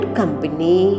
company